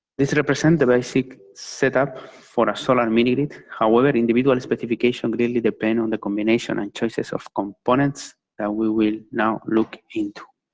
this represents the basic setup for a solar mini-grid, however, individual specification will really depend on the combination and choices of components that we will now look into.